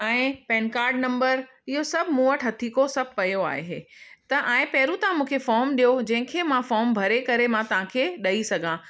ऐं PAN card number इहो सभु मूं वटि हथीको सभु पयो आहे ऐं पहिरियों तव्हां मूंखे फ़ोर्म ॾियो जंहिंखे मां फोर्म भरे करे मां तव्हांखे ॾई सघां